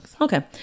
okay